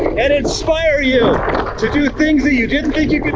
and inspire you to do things that you didn't think you